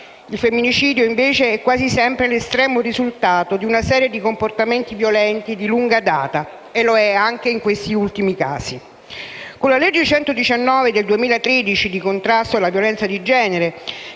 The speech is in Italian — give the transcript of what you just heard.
Il femminicidio invece è quasi sempre 1'estremo risultato di una serie di comportamenti violenti di lunga data. E lo è anche in questi ultimi casi. Con la legge n. 119 del 2013 di contrasto alla violenza di genere,